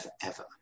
forever